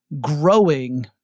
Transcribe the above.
growing